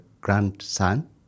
grandson